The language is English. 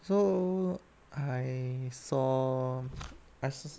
so I saw I sa~